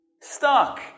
stuck